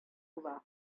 була